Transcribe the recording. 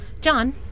John